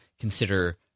consider